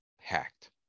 hacked